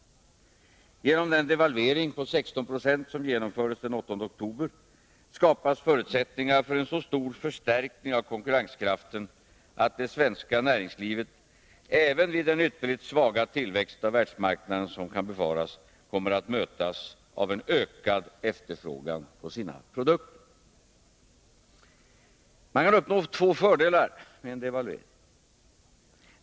Genom den devalvering på 16 26 som genomfördes den 8 oktober skapas förutsättningar för en så stor förstärkning av konkurrenskraften att det svenska näringslivet, även vid den ytterligt svaga tillväxt av världsmarknaden som kan befaras, kommer att mötas av en ökad efterfrågan på sina produkter. Man kan uppnå två fördelar med en devalvering.